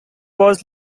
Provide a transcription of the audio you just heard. was